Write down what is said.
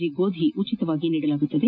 G ಗೋಧಿ ಉಚಿತವಾಗಿ ನೀಡಲಾಗುವುದು